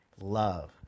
love